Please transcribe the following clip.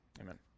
Amen